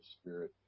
spirit